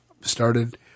started